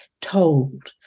told